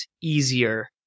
easier